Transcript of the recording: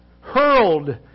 hurled